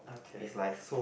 okay